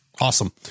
Awesome